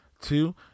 Two